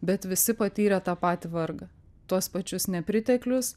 bet visi patyrė tą patį vargą tuos pačius nepriteklius